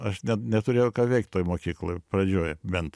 aš net neturėjau ką veikt toj mokykloj pradžioj bent